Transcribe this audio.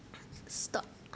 s~ stop